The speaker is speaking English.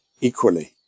equally